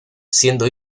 siendo